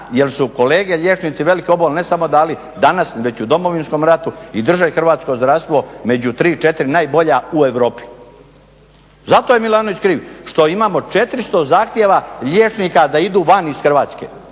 Jer su kolege liječnici veliki obol dali ne samo danas već u Domovinskom ratu i državi. Hrvatsko zdravstvo je među 3, 4 najbolja u Europi. Zato je Milanović kriv, što imamo 400 zahtjeva liječnika da idu van iz Hrvatske.